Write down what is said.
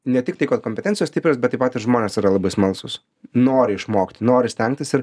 ne tiktai kad kompetencijos stiprios bet ir patys žmonės yra labai smalsūs nori išmokt nori stengtis ir